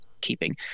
keeping